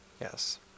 Yes